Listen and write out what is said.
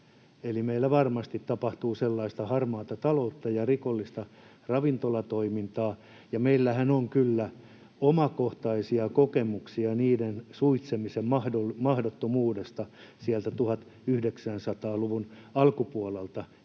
meillä varmasti tapahtuu sellaista harmaata taloutta ja rikollista ravintolatoimintaa, ja meillähän on kyllä omakohtaisia kokemuksia niiden suitsemisen mahdottomuudesta sieltä 1900-luvun alkupuolelta